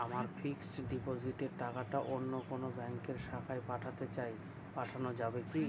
আমার ফিক্সট ডিপোজিটের টাকাটা অন্য কোন ব্যঙ্কের শাখায় পাঠাতে চাই পাঠানো যাবে কি?